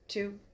two